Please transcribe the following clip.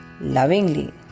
lovingly